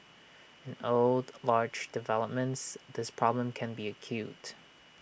in old large developments this problem can be acute